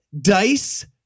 Dice